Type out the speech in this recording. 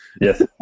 Yes